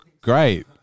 great